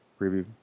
preview